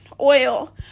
oil